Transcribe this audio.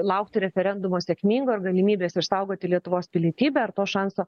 laukti referendumo sėkmingo ir galimybės išsaugoti lietuvos pilietybę ar to šanso